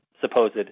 supposed